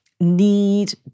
need